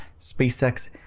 SpaceX